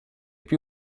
più